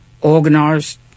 organized